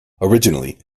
originally